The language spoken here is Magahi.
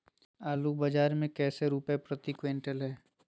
आलू बाजार मे कैसे रुपए प्रति क्विंटल है?